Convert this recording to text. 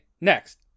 next